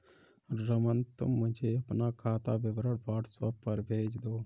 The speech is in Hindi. रमन, तुम मुझे अपना खाता विवरण व्हाट्सएप पर भेज दो